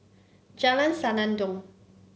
Jalan Senandong